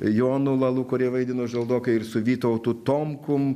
jonu lalu kurie vaidino žaldoką ir su vytautu tomkum